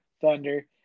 Thunder